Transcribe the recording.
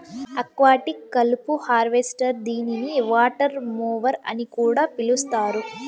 aquatic కలుపు harvester దీనిని water mower అని కూడా పిలుస్తారు